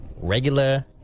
regular